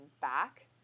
back